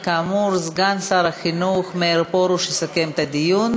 כאמור, סגן שר החינוך מאיר פרוש יסכם את הדיון,